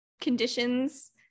conditions